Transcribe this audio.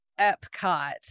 Epcot